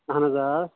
اَہَن حظ آ